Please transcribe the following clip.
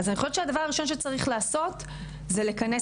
אז אני חושבת שהדבר הראשון שצריך לעשות זה לכנס